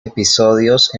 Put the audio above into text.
episodios